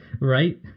Right